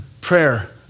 prayer